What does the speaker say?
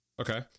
okay